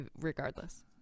regardless